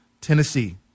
Tennessee